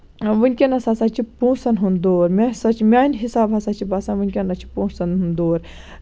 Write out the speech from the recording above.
ؤنکیٚنَس ہسا چھُ پوٚنٛسَن ہُنٛد دور مےٚ ہسا چھُ میٛانہِ حِسابہٕ ہسا چھُ باسان ؤنکیٚنَس چھُ پوٚنٛسَن ہُنٛد دور